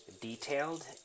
detailed